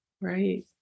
Right